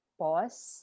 pause